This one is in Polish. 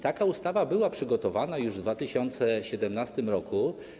Taka ustawa była przygotowana już w 2017 r.